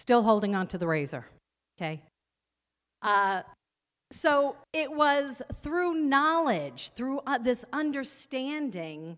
still holding on to the razor ok so it was through knowledge through this understanding